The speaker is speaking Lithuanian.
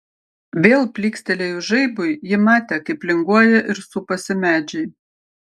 vėl plykstelėjus žaibui ji matė kaip linguoja ir supasi medžiai